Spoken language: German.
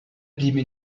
blieben